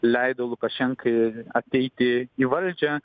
leido lukašenkai ateiti į valdžią